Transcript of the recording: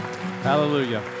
Hallelujah